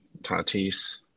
Tatis